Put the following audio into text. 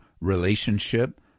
relationship